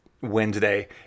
Wednesday